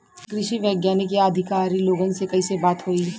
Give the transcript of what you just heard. कृषि वैज्ञानिक या अधिकारी लोगन से कैसे बात होई?